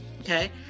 Okay